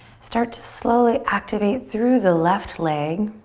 start to slowly activate through the left leg.